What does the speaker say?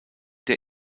der